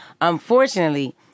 Unfortunately